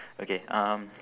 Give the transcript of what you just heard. okay um